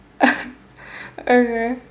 okay